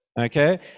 okay